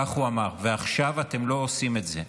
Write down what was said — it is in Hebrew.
כך הוא אמר: ועכשיו אתם לא עושים את זה,